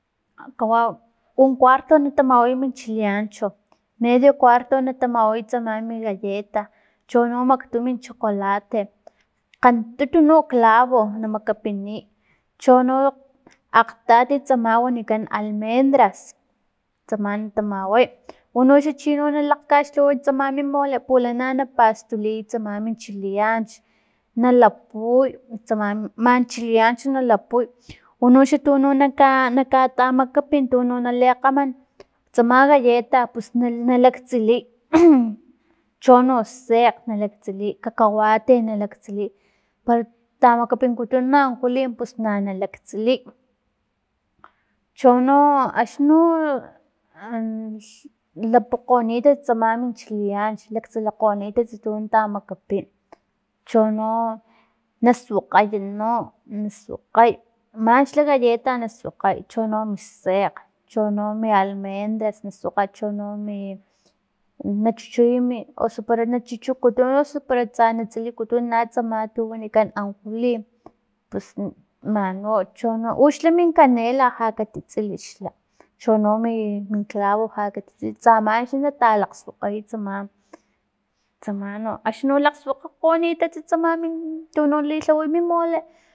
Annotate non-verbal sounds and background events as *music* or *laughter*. Kawau un kuarto na tamaway mi chileancho, medi cuarto na tamaway tsama mi galleta, chono makgtu mi chocolate, kgantutu no min clavo na makapiniy chono akgtati tsama wanikan almendras, tsama na tamaway unoxa chi no nalakgkaxlhaway tsama mi mole pulana na pastuliy tsama mi chileanch, na lapuy tsama man chileanch, na lapuy unoxa tuno naka naka tamakapin tuno nali kgaman tsma galleta, pus nalaktsiliy *noise* chono sekgn nalaktsiliy cacahuate, nalaktsiliy para tamakapinikutun no ankulim pus na nalaktsiliy, chono axno *hesitation* nlakgoni tsama mi chileanch, laktsilikgonitas tun tamakapin, chono nasuakgay no na suakgay manxla galleta na suakgay chono mi sekgn, chono mi almendras na suakgay chono mi na chuchuy mi osu para na chuchukutun osu tsa na tsilikutuna tsama tu wnaikan ankulim pus man u chono uxla min canela ja katitsilixla, unoxa mim clavo ja katitsilixla tsamanixa natalakgsuakgaya tsama- tsama no axni no nalakgsuakgakgonitats tuno lilhaway mi mole